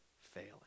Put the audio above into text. failing